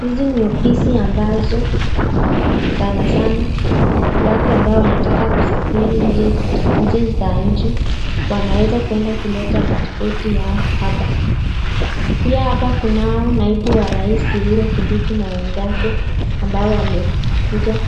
Hizi ni ofisi ambazo sana sana watu ambao wanataka kusafiri nje za nchi wanaweza kuenda kuleta pasipoti yao hapa. Pia hapa kunao naibu wa rais Kithure Kindiki na wenzake ambao wamekuja